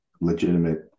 legitimate